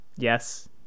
yes